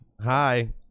Hi